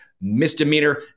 misdemeanor